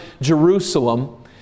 Jerusalem